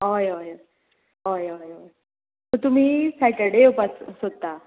हय हय हय हय हय हय सो तुमी सॅटरडे येवपा सोदता